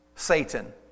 Satan